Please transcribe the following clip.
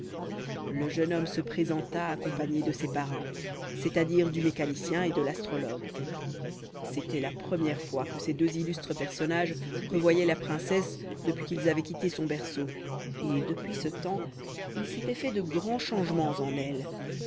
le jeune homme se présenta accompagné de ses parrains c'est-à-dire du mécanicien et de l'astrologue c'était la première fois que ces deux illustres personnages revoyaient la princesse depuis qu'ils avaient quitté son berceau et depuis ce temps il s'était fait de grands changements en elle